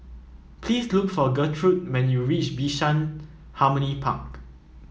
please look for Gertrude when you reach Bishan Harmony Park